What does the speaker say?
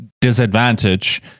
disadvantage